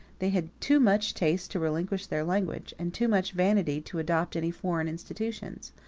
they had too much taste to relinquish their language, and too much vanity to adopt any foreign institutions.